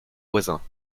voisin